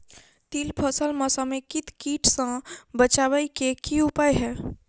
तिल फसल म समेकित कीट सँ बचाबै केँ की उपाय हय?